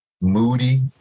moody